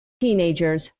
teenagers